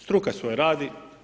Struka svoje radi.